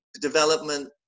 development